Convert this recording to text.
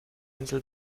insel